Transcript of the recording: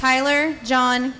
tyler john